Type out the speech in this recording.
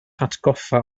hatgoffa